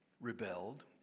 rebelled